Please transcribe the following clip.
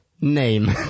name